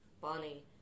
Bonnie